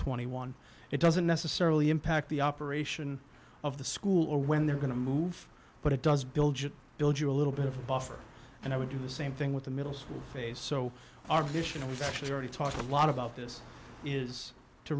twenty one it doesn't necessarily impact the operation of the school or when they're going to move but it does build it build you a little bit of a buffer and i would do the same thing with the middle school phase so our vision was actually already talking a lot about this is to